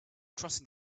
crossing